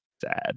sad